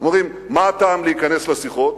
אומרים: מה הטעם להיכנס לשיחות?